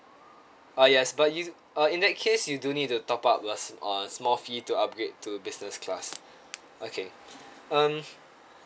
uh yes but you uh in that case you do need to top up a a small fee to upgrade to business class okay um